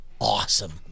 awesome